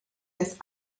das